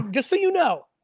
just so you know,